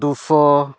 ᱫᱩ ᱥᱚ